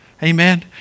Amen